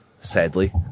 sadly